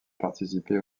participé